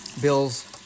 Bills